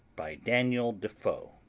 by daniel defoe